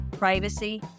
privacy